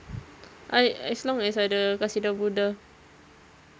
I as long as ada qasidah burdah